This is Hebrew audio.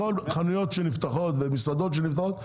בכל חנויות שנפתחות מסעדות שנפתחות,